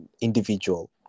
individual